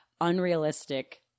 unrealistic